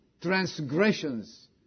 transgressions